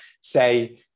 say